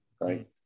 right